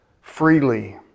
freely